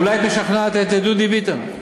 אולי היית משכנעת את דודי ביטן,